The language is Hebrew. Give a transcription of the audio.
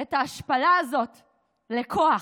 את ההשפלה הזאת לכוח,